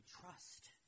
trust